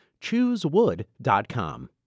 Choosewood.com